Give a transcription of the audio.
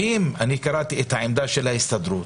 קראתי את העמדה של ההסתדרות,